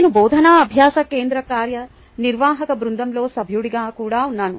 నేను బోధనా అభ్యాస కేంద్ర కార్యనిర్వాహక బృందంలో సభ్యుడిగా కూడా ఉన్నాను